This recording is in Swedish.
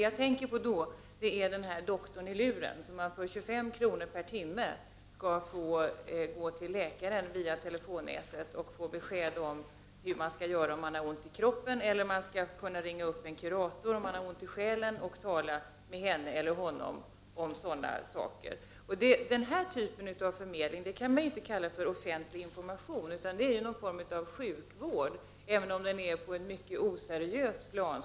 Jag tänker närmast då på ”doktorn i luren”, som innebär att man via telefonnätet för 25 kr. per timme skall få tillgång till läkare som ger besked om hur man skall göra om man har ont i kroppen. Man kan också ringa upp en kurator om man har ont i själen och tala med henne eller honom om sådana saker. Den här typen av förmedling kan inte kallas offentlig information, utan det är någon form av sjukvård, även om den enligt min mening är på ett mycket oseriöst plan.